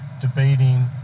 debating